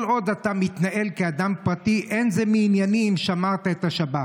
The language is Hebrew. כל עוד אתה מתנהל כאדם פרטי אין זה מענייני אם שמרת את השבת,